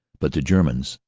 but the germans,